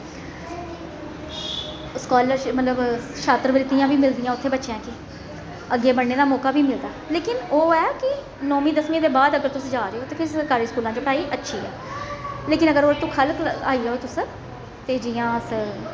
scholar मतलब छात्रवृतियां बी मिलदियां उत्थै बच्चें गी अग्गें बढ़ने दा मौका बी मिलदा लेकिन ओह् ऐ कि नौंमी दसमीं बाद अगर तुस जा'रदे ते तुस सरकारी स्कूलें च पढ़ाई अच्छी ऐ लेकिन अगर उस कोला ख'ल्ल आई जाओ तुस ते जि'यां अस